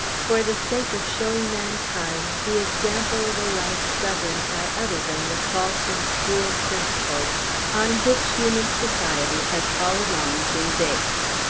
for the sake of showing mankind the example of a life governed by other than the false and cruel principles on which human society has all along been based.